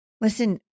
Listen